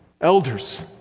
Elders